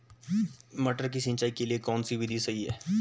मटर की सिंचाई के लिए कौन सी विधि सही है?